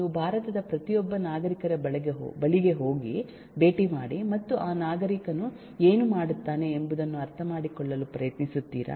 ನೀವು ಭಾರತದ ಪ್ರತಿಯೊಬ್ಬ ನಾಗರಿಕರ ಬಳಿಗೆ ಹೋಗಿಭೇಟಿ ಮಾಡಿ ಮತ್ತು ಆ ನಾಗರಿಕನು ಏನು ಮಾಡುತ್ತಾನೆ ಎಂಬುದನ್ನು ಅರ್ಥಮಾಡಿಕೊಳ್ಳಲು ಪ್ರಯತ್ನಿಸುತ್ತೀರ